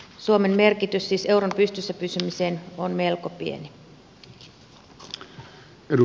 suomen merkitys siis euron pystyssä pysymiselle on melko pieni